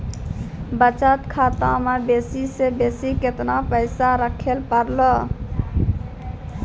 बचत खाता म बेसी से बेसी केतना पैसा रखैल पारों?